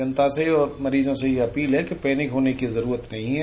जनता से और मरीजों से ये अपील है कि पैनिक होने की जरूरत नहीं है